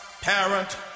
parent